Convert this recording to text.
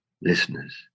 listeners